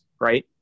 right